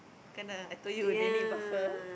can ah I told you they need buffer